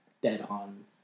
dead-on